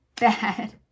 bad